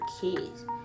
kids